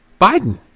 Biden